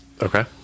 Okay